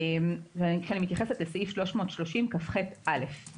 אני מתייעחסת לסעיף 330כח(א).